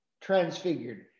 transfigured